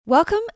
Welcome